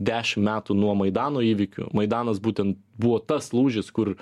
dešim metų nuo maidano įvykių maidanas būtent buvo tas lūžis kur